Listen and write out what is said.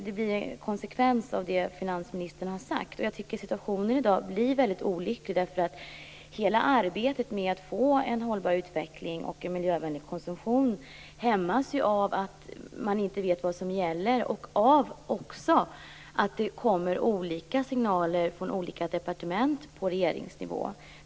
Det blir konsekvensen av det finansministern har sagt. Jag tycker att situationen i dag är väldigt olycklig. Hela arbetet med att få en hållbar utveckling och en miljövänlig konsumtion hämmas av att man inte vet vad som gäller, och också av att det kommer olika signaler från olika departement på regeringsnivå.